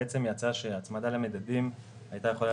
בעצם קרה שההצמדה למדדים הייתה יכולה